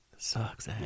Sucks